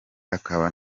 akaba